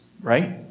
right